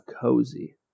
cozy